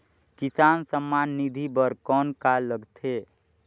किसान सम्मान निधि बर कौन का लगथे?